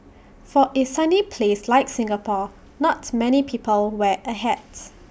for A sunny place like Singapore not many people wear A hats